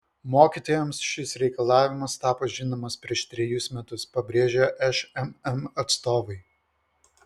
mokytojams šis reikalavimas tapo žinomas prieš trejus metus pabrėžė šmm atstovai